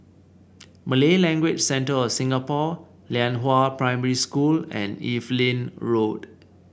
Malay Language Centre of Singapore Lianhua Primary School and Evelyn Road